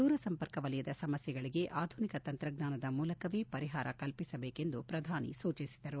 ದೂರ ಸಂಪರ್ಕ ವಲಯದ ಸಮಸ್ಥೆಗಳಿಗೆ ಆಧುನಿಕ ತಂತ್ರಜ್ವಾನದ ಮೂಲಕವೇ ಪರಿಹಾರ ಕಲ್ಪಿಸಬೇಕೆಂದು ಪ್ರಧಾನಿ ಸೂಚಿಸಿದರು